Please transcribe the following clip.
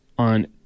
on